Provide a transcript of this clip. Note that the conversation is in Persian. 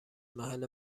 محل